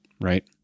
Right